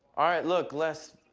all right, look, les,